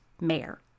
mayor